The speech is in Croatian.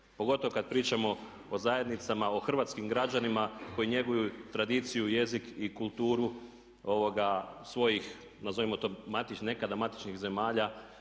pogotovo kad pričamo o zajednicama, o hrvatskim građanima koji njeguju tradiciju, jezik i kulturu svojih nazovimo to nekada matičnih zemalja